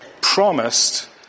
promised